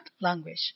language